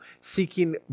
seeking